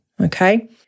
okay